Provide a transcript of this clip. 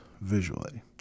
visually